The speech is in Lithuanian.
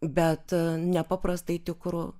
bet nepaprastai tikru